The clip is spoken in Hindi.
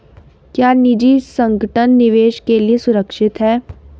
क्या निजी संगठन निवेश के लिए सुरक्षित हैं?